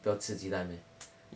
不要吃鸡蛋 meh